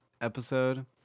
episode